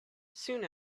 soon